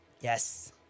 Yes